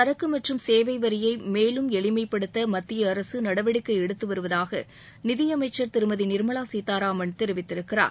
சரக்கு மற்றும் சேவை வரினய மேலும் எளிமைப்படுத்த மத்திய அரசு நடவடிக்கை எடுத்து வருவதாக நிதியமைச்சர் திருமதி நிர்மலா சீதாராமன் தெரிவித்திருக்கிறார்